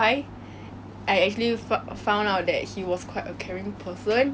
I have never expected that 我们会现在讲话